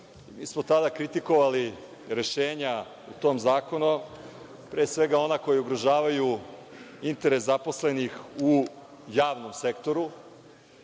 Mi smo tada kritikovali rešenja u tom zakonu, pre svega, ona koja ugrožavaju interes zaposlenih u javnom sektoru,